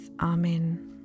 Amen